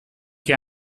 che